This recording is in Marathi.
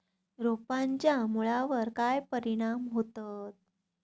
रोपांच्या मुळावर काय परिणाम होतत?